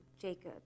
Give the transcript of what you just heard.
Jacob